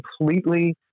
completely